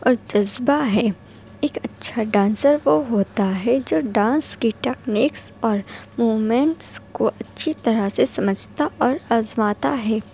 اور جذبہ ہے ایک اچھا ڈانسر وہ ہوتا ہے جو ڈانس کی ٹیکنکس اور موومنٹس کو اچّھی طرح سے سمجھتا اور آزماتا ہے